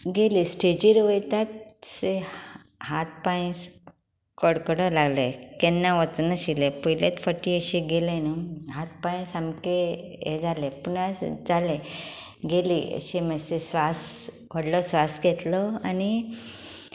गेलीं स्टेजीर वयताच हात पांय कडकडूंक लागलें केन्ना वचनाशिल्ली पयलेच फाटीं अशी गेली न्हय अशे हात पांय सामके हे जाले पूण आसूं जालें गेलीं असो मातसो श्वास व्हडलो श्वास घेतलो आनी